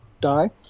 die